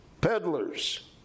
peddlers